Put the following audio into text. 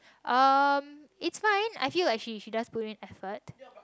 um it's fine I feel like she she does put in effort